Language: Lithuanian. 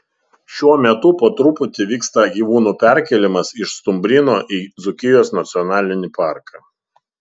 šiuo metu po truputį vyksta gyvūnų perkėlimas iš stumbryno į dzūkijos nacionalinį parką